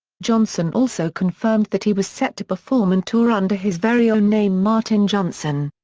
johnson also confirmed that he was set to perform and tour under his very own name martin johnson.